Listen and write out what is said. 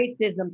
racism